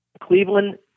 Cleveland